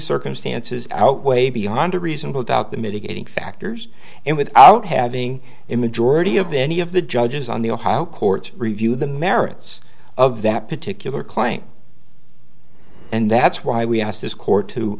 circumstances outweigh beyond a reasonable doubt the mitigating factors and without having a majority of the any of the judges on the on how courts review the merits of that particular claim and that's why we asked this court to